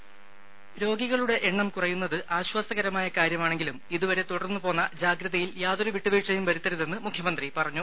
voice രും രോഗികളുടെ എണ്ണം കുറയുന്നത് ആശ്വാസകരമായ കാര്യമാണെങ്കിലും ഇതുവരെ തുടർന്നുപോന്ന ജാഗ്രതയിൽ യാതൊരു വിട്ടു വീഴ്ചയും വരുത്തരുതെന്ന് മുഖ്യമന്ത്രി പറഞ്ഞു